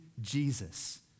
Jesus